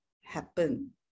happen